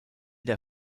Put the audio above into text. der